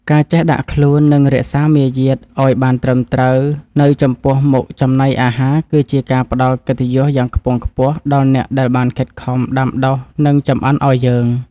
ការចេះដាក់ខ្លួននិងរក្សាមារយាទឱ្យបានត្រឹមត្រូវនៅចំពោះមុខចំណីអាហារគឺជាការផ្តល់កិត្តិយសយ៉ាងខ្ពង់ខ្ពស់ដល់អ្នកដែលបានខិតខំដាំដុះនិងចម្អិនឱ្យយើង។